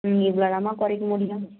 ம் இவ்வளோதான்மா குறைக்க முடியும்